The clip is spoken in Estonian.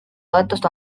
toetust